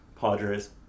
Padres